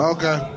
Okay